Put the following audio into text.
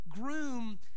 groom